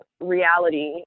reality